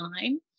time